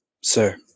sir